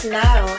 now